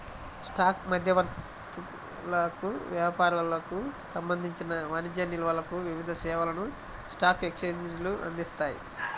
stock మధ్యవర్తులకు, వ్యాపారులకు సంబంధించిన వాణిజ్య నిల్వలకు వివిధ సేవలను స్టాక్ ఎక్స్చేంజ్లు అందిస్తాయి